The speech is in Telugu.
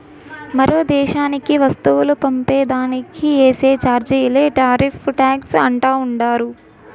మరో దేశానికి వస్తువులు పంపే దానికి ఏసే చార్జీలే టార్రిఫ్ టాక్స్ అంటా ఉండారు